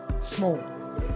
small